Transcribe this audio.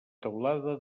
teulada